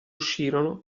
uscirono